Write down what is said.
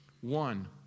One